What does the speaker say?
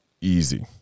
Easy